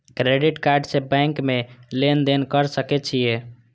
Credit card से bank में लेन देन कर सके छीये?